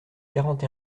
quarante